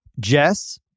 Jess